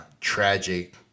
tragic